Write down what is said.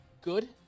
good